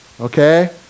Okay